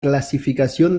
clasificación